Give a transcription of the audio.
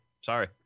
Sorry